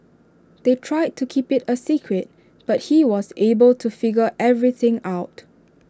they tried to keep IT A secret but he was able to figure everything out